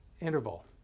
interval